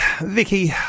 Vicky